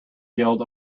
guild